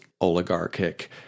oligarchic